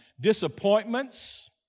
disappointments